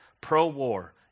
pro-war